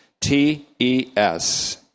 T-E-S